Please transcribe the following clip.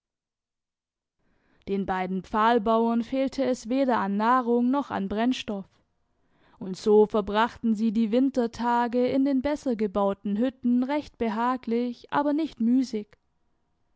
den beiden pfahlbauern fehlte es weder an nahrung noch an brennstoff und so verbrachten sie die wintertage in den besser gebauten hütten recht behaglich aber nicht müßig